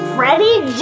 Freddie